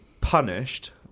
punished